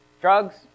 drugs